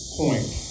point